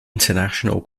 international